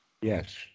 Yes